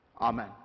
Amen